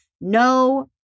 No